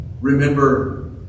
Remember